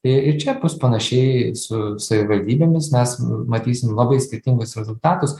tai ir čia bus panašiai su savivaldybėmis mes matysim labai skirtingus rezultatus